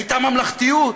הייתה ממלכתיות.